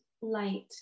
light